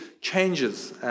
changes